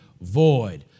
void